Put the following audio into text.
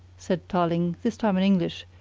said tarling, this time in english,